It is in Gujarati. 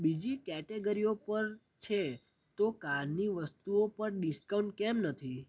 બીજી કેટેગરીઓ પર છે તો કારની વસ્તુઓ પર ડિસ્કાઉન્ટ કેમ નથી